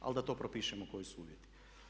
Ali da to propišemo koji su uvjeti.